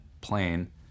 plane